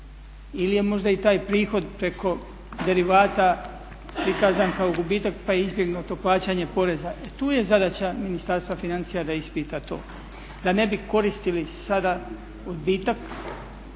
ili je možda i taj prihod preko derivata prikazan kao gubitak pa je izbjegnuto plaćanje poreza. Tu je zadaća Ministarstva financija da ispita to da ne bi koristili sada odbitak,